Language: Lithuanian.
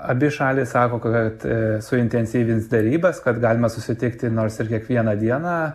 abi šalys sako kad suintensyvins derybas kad galima susitikti nors ir kiekvieną dieną